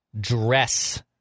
dress